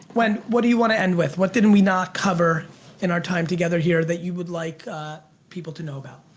wen, what do you want to end with? what did and we not cover in our time together here that you would like people to know about?